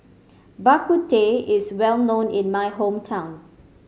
Bak Kut Teh is well known in my hometown